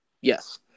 Yes